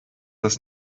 das